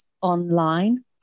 online